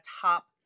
top